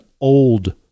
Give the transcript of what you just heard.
old